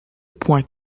point